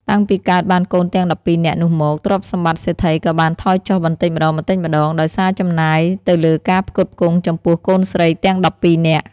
តាំងពីកើតបានកូនទាំង១២នាក់នោះមក ទ្រព្យសម្បត្តិសេដ្ឋីក៏បានថយចុះបន្តិចម្តងៗ ដោយសារចំណាយទៅលើការផ្គត់ផ្គង់ចំពោះកូនស្រីទាំង ១២នាក់។